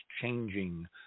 changing